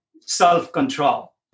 self-control